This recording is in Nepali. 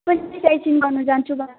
गर्न जान्छु त